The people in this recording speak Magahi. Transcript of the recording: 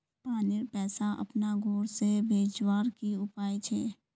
पानीर पैसा अपना घोर से भेजवार की उपाय छे?